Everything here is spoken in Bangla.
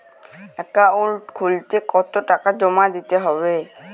অ্যাকাউন্ট খুলতে কতো টাকা জমা দিতে হবে?